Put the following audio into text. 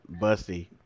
Busty